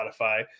Spotify